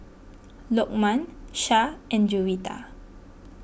Lokman Shah and Juwita